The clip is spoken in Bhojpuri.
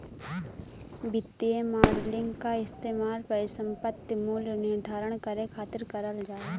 वित्तीय मॉडलिंग क इस्तेमाल परिसंपत्ति मूल्य निर्धारण करे खातिर करल जाला